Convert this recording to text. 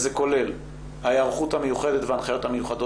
זה כולל ההיערכות המיוחדת וההנחיות המיוחדות